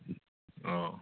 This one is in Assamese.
অঁ